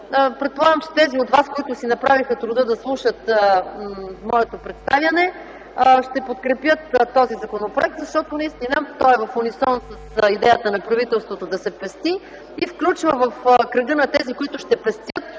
Предполагам, че тези от вас, които си направиха труда да слушат моето представяне, ще подкрепят този законопроект, защото наистина той е в унисон с идеята на правителството да се пести и включва в кръга на тези, които ще пестят,